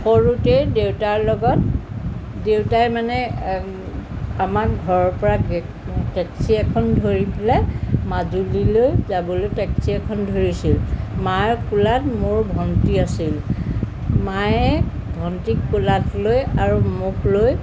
সৰুতে দেউতাৰ লগত দেউতাই মানে আমাৰ ঘৰৰ পৰা টেক্সি এখন ধৰি পেলাই মাজুলীলৈ যাবলৈ টেক্সি এখন ধৰিছিল মাৰ কোলাত মোৰ ভণ্টি আছিল মায়ে ভণ্টিক কোলাত লৈ আৰু মোক লৈ